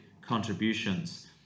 contributions